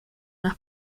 las